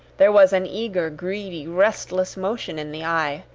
there was an eager, greedy, restless motion in the eye,